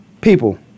People